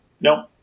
no